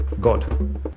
God